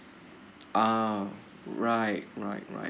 uh right right right